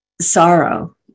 sorrow